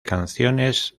canciones